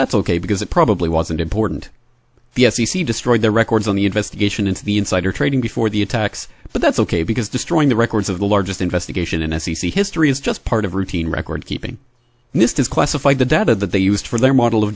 that's ok because it probably wasn't important the f c c destroyed their records on the investigation into the insider trading before the attacks but that's ok because destroying the records of the largest investigation in s c c history is just part of routine record keeping and this is classified the data that they used for their model